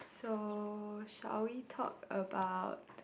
so shall we talk about